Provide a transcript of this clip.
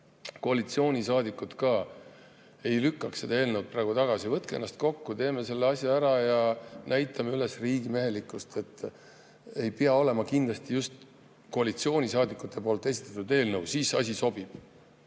koalitsioonisaadikud ka ei lükkaks seda eelnõu praegu tagasi. Võtke ennast kokku, teeme selle asja ära ja näitame üles riigimehelikkust. Ei pea olema kindlasti just koalitsioonisaadikute esitatud eelnõu, et siis asi sobib.